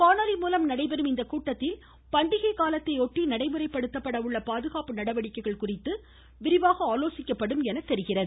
காணொலி மூலம் நடைபெறும் இக்கூட்டத்தில் பண்டிகைக் காலத்தை ஒட்டி நடைமுறைப் படுத்தவுள்ள பாதுகாப்பு நடவடிக்கைகள் குறித்து இதில் ஆலோசிக்கப்படும் என தெரிகிறது